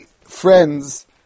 friends